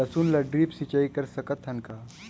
लसुन ल ड्रिप सिंचाई कर सकत हन का?